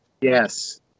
Yes